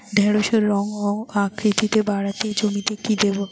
ঢেঁড়সের রং ও আকৃতিতে বাড়াতে জমিতে কি দেবো?